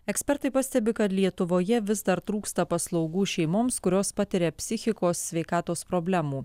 ekspertai pastebi kad lietuvoje vis dar trūksta paslaugų šeimoms kurios patiria psichikos sveikatos problemų